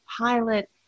pilot